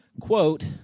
quote